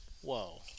Whoa